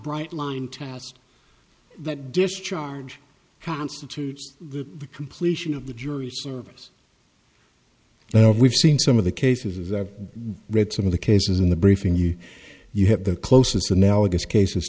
bright line tell us that discharge constitutes the completion of the jury service now we've seen some of the cases that read some of the cases in the briefing you you have the closest analogous cases